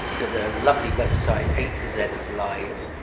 there's a lovely website, a to z of lies,